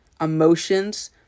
emotions